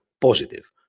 positive